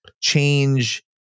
change